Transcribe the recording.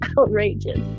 outrageous